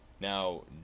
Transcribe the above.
Now